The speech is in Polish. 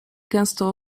gęsto